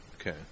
Okay